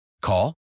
Call